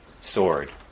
sword